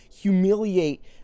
humiliate